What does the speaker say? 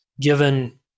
given